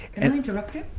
and interrupt you?